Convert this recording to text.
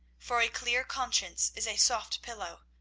for a clear conscience is a soft pillow.